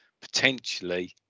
potentially